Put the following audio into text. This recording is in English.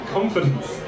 Confidence